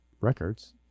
records